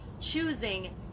choosing